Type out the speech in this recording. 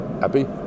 happy